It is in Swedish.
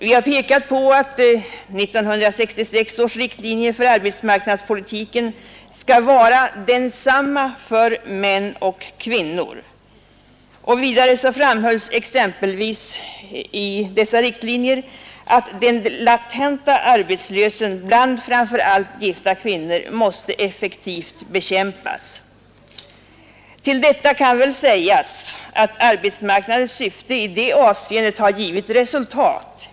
Vi har pekat på att 1966 års riktlinjer för arbetsmarknadspolitiken gäller lika för män och kvinnor, och vidare framhålles exempelvis i dessa riktlinjer att den latenta arbetslösheten bland framför allt gifta kvinnor måste effektivt bekämpas. Till detta kan sägas att arbetsmarknadspolitikens syfte i detta avseende har givit resultat.